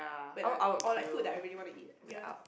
when I or like food when I really want to eat ya